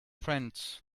friends